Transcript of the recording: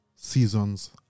Seasons